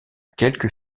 quelques